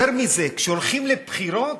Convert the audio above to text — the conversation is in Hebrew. יותר מזה, כשהולכים לבחירות,